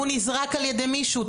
הוא נזרק על ידי מישהו,